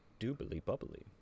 doobly-bubbly